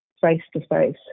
face-to-face